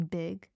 big